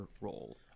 role